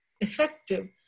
effective